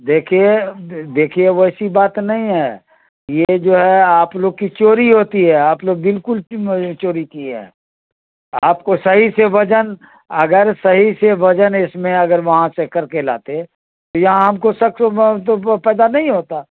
دیکھیے دیکھیے ویسی بات نہیں ہے یہ جو ہے آپ لوگ کی چوری ہوتی ہے آپ لوگ بالکل چوری کئے ہیں آپ کو صحیح سے وزن اگر صحیح سے وزن اس میں اگر وہاں سے کر کے لاتے تو یہاں ہم کو شک شبہ تو پیدا نہیں ہوتا